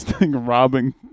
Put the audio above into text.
robbing